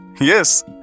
Yes